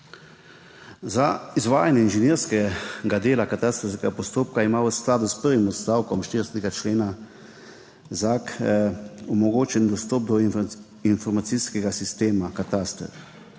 Za izvajanje inženirskega dela katastrskega postopka ima v skladu s prvim odstavkom 40. člena ZAG omogočen dostop do informacijskega sistema kataster.